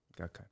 Okay